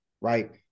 right